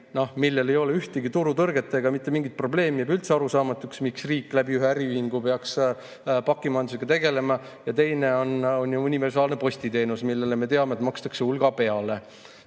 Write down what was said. milles ei ole ühtegi turutõrget ega mitte mingit probleemi. Jääb üldse arusaamatuks, miks riik ühe äriühingu kaudu peaks pakimajandusega tegelema. Ja teine on universaalne postiteenus, millele, nagu me teame, makstakse hulga peale.